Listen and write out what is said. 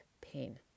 pain